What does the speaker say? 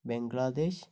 Bangladesh